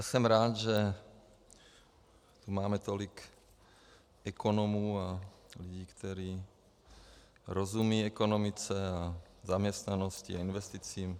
Jsem rád, že tu máme tolik ekonomů a lidí, kteří rozumějí ekonomice, zaměstnanosti a investicím.